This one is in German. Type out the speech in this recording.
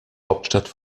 hauptstadt